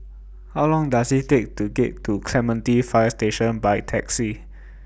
How Long Does IT Take to get to Clementi Fire Station By Taxi